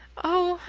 oh,